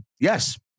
yes